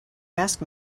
ask